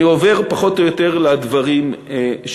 אני עובר פחות או יותר לדברים שנכתבו.